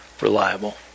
reliable